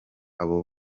abo